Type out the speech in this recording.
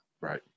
right